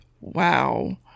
Wow